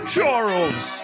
Charles